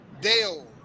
dale